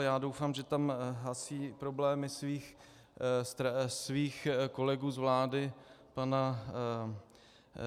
Já doufám, že tam hasí problémy svých kolegů z vlády, pana